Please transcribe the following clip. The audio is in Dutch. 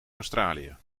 australië